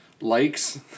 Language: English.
likes